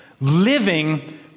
living